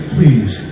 Please